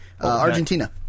Argentina